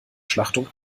schlachtung